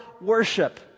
worship